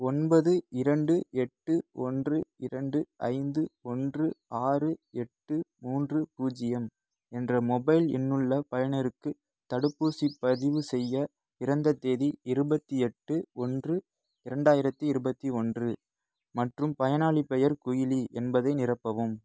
ஒன்பது இரண்டு எட்டு ஒன்று இரண்டு ஐந்து ஒன்று ஆறு எட்டு மூன்று பூஜ்ஜியம் என்ற மொபைல் எண்ணுள்ள பயனருக்கு தடுப்பூசிப் பதிவு செய்ய பிறந்த தேதி இருபத்தி எட்டு ஒன்று இரண்டாயிரத்தி இருபத்தி ஒன்று மற்றும் பயனாளிப் பெயர் குயிலி என்பதை நிரப்பவும்